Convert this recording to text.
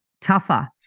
tougher